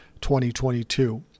2022